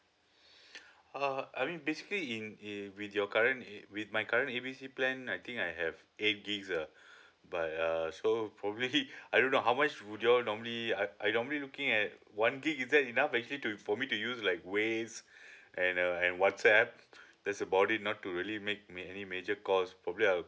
uh I mean basically in in with your current A with my current A B C plan I think I have eight gigs uh but uh so probably I don't know how much would you all normally I I normally looking at one gig is that enough actually to for me to use like waze and uh and whatsapp that's about it not to really make make any major calls probably I'll